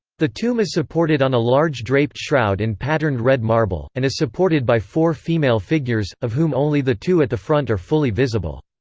the tomb is supported on a large draped shroud in patterned red marble, and is supported by four female figures, of whom only the two at the front are fully visible.